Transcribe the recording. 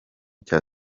cya